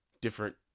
different